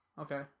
okay